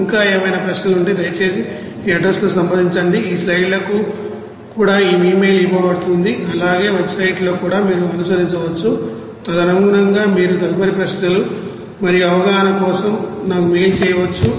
ఇంకా ఏవైనా ప్రశ్నలు ఉంటే దయచేసి ఈ అడ్రస్లో సంప్రదించండి ఈ స్లయిడ్లకు కూడా ఇ మెయిల్ ఇవ్వబడుతుంది అలాగే వెబ్సైట్లో కూడా మీరు అనుసరించవచ్చు తదనుగుణంగా మీరు తదుపరి ప్రశ్నలు మరియు అవగాహన కోసం నాకు మెయిల్ చేయవచ్చు